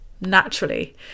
naturally